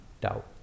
doubt